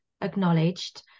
acknowledged